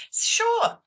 Sure